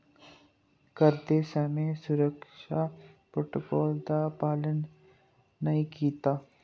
करदे समें सुरक्षा प्रोटोकाल दा पालन नेईं कीता